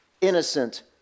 innocent